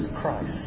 Christ